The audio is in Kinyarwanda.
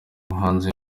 muhanzi